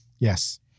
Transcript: Yes